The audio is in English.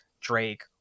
Drake